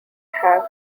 have